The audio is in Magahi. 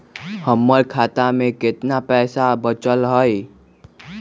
हमर खाता में केतना पैसा बचल हई?